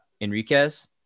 enriquez